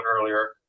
earlier